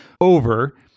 over